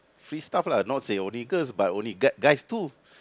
free stuff lah not say only girls but only g~ guys too